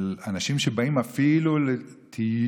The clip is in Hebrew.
שהקשר של אנשים שבאים אפילו לטיול,